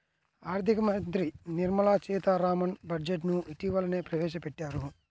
ఆర్ధిక మంత్రి నిర్మలా సీతారామన్ బడ్జెట్ ను ఇటీవలనే ప్రవేశపెట్టారు